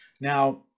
Now